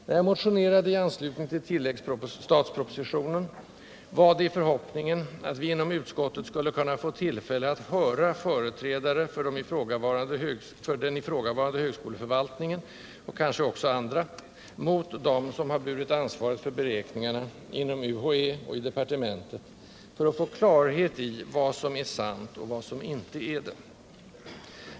När jag motionerade i anslutning till tilläggsstatspropositionen var det i förhoppning om att vi inom utskottet skulle kunna få tillfälle att ställa företrädare för den ifrågavarande högskoleförvaltningen — och kanske också andra — mot dem som har burit ansvaret för beräkningarna inom UHÄ och i departementet för att få klarhet i vad som är sant och vad som inte är det.